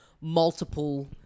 Multiple